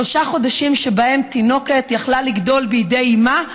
שלושה חודשים שבהם תינוקת יכלה לגדול בידי אימה,